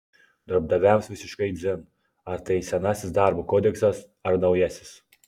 darbdaviams visiškai dzin ar tai senasis darbo kodeksas ar naujasis